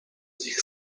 ich